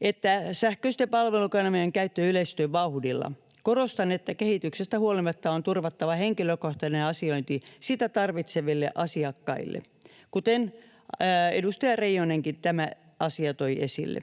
että sähköisten palvelukanavien käyttö yleistyy vauhdilla. Korostan, että kehityksestä huolimatta on turvattava henkilökohtainen asiointi sitä tarvitseville asiakkaille, kuten edustaja Reijonenkin tämän asian toi esille.